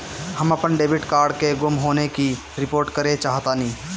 हम अपन debit card के गुम होने की रिपोर्ट करे चाहतानी